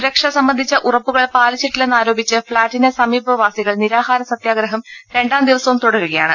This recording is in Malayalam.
സുരക്ഷ സംബന്ധിച്ച ഉറപ്പുകൾ പാലിച്ചിട്ടില്ലെന്നാരോപിച്ച് ഫ്ളാറ്റിന്റെ സമീ പവാസികൾ നിരാഹാര സത്യഗ്രഹം രണ്ടാം ദിവസവും തുടരുക യാണ്